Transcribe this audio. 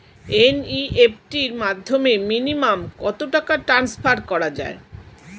NEFT র মাধ্যমে minimum কত টাকা ট্রান্সফার করা যায়?